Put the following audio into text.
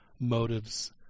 motives